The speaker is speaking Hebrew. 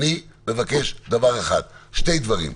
אני מבקש שני דברים: